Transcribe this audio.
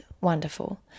Wonderful